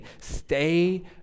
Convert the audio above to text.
stay